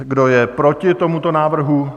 Kdo je proti tomuto návrhu?